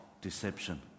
deception